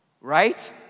Right